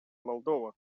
молдова